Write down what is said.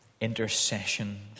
intercession